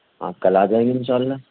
آپ کل آ جائیے ان شاء اللہ